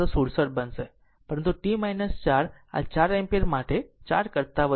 467 બનશે પરંતુ t 4 આ 4 એમ્પીયર માટે 4 કરતા વધુ બરાબર